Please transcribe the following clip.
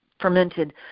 fermented